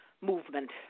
movement